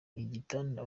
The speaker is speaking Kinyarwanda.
igitanda